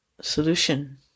solution